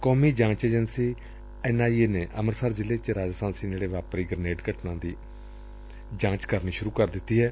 ਕੌਮੀ ਜਾਂਚ agency N I A ਨੇ ਅੰਮ੍ਤਿਤਸਰ ਜ਼ਿਲ੍ਹੇ ਚ ਰਾਜਾਸਾਂਸੀ ਨੇੜੇ ਵਾਪਰੀ ਗਰਨੇਡ ਧਮਾਕੇ ਦੀ ਘਟਨਾ ਦੀ ਜਾਂਚ ਕਰਨੀ ਸ਼ੁਰੁ ਕਰ ਦਿੱਤੀ ਏ